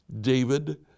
David